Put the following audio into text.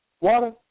water